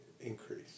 increase